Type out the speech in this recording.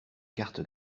carte